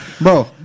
Bro